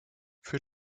für